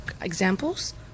examples